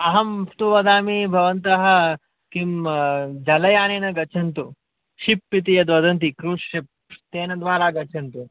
अहन्तु वदामि भवन्तः किं जलयानेन गच्छन्तु शिप् इति यत् वदन्ति क्रूज़् शिप् तेन द्वारा गच्छन्तु